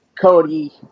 Cody